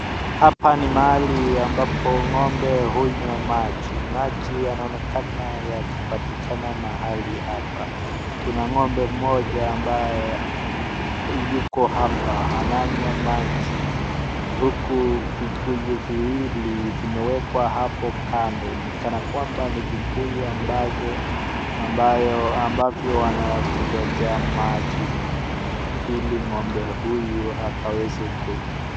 Hapa ni mahali ambapo ng'ombe hunywa maji. Maji yanaonekana yakipatikana mahali hapa. Kuna ng'ombe mmoja ambaye yuko hapa ananywa maji. Huku vibuyu viwili vimewekwa hapo kando. Ni kana kwamba ni vibuyu ambavyo wanaviletea maji hili ng'ombe huyu akaweze kunywa.